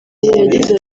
yagize